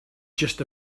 just